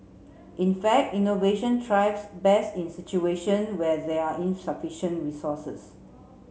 in fact innovation thrives best in situation where there are insufficient resources